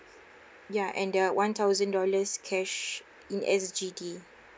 ya and the one thousand dollars cash in S_G_D